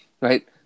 Right